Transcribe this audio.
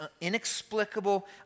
inexplicable